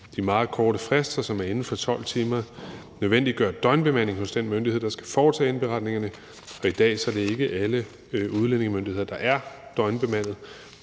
De meget korte frister, som er inden for 12 timer, nødvendiggør døgnbemanding hos den myndighed, der skal foretage indberetningerne. Og i dag er det ikke alle udlændingemyndigheder, der er døgnbemandet.